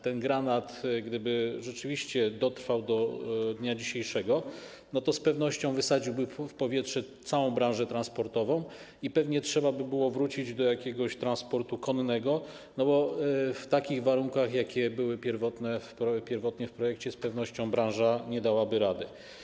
Ten granat, gdyby rzeczywiście dotrwał do dnia dzisiejszego, z pewnością wysadziłby w powietrze całą branżę transportową i pewnie trzeba by było wrócić do jakiegoś transportu konnego, bo w takich warunkach, jakie były pierwotnie w projekcie, z pewnością branża nie dałaby rady.